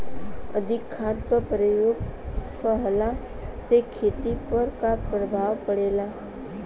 अधिक खाद क प्रयोग कहला से खेती पर का प्रभाव पड़ेला?